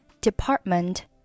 department